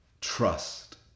trust